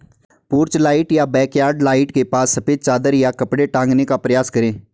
porch light या backyard light के पास सफेद चादर या कपड़ा टांगने का प्रयास करें